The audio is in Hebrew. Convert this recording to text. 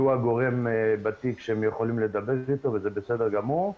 הגורם בתיק שהם יכולים לדבר איתו וזה בסדר גמור,